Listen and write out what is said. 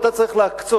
אתה צריך להקצות,